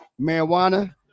marijuana